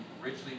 richly